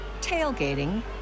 tailgating